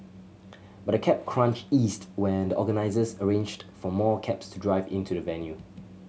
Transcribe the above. but the cab crunch eased when the organisers arranged for more cabs drive into the venue